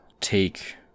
take